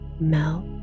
melt